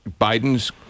Biden's